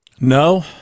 No